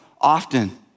Often